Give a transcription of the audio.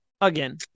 again